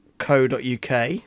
co.uk